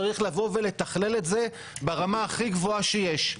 צריך לבוא ולתכלל את זה ברמה הכי גבוהה שיש.